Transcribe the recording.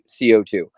co2